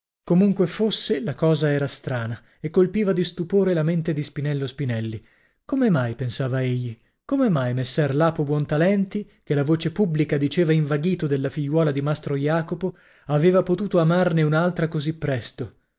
comunque fosse la cosa era strana e colpiva di stupore la mente di spinello spinelli come mai pensava egli come mai messer lapo buontalenti che la voce pubblica diceva invaghito della figliuola di mastro jacopo aveva potuto amarne un'altra così presto